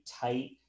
tight